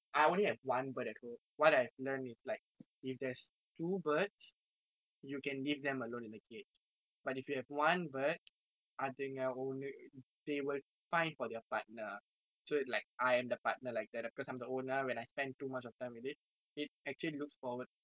I only have one bird leh so what I have learnt is like if there's two birds you can leave them alone in the cage but if you have one bird அதுங்க ஒன்னு:athunga onnu they will find for their partner so like I am the partner like that cause I'm the owner and I spent too much of time with it it actually looks forward